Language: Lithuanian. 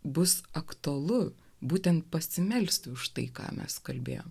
bus aktualu būtent pasimelsti už tai ką mes kalbėjo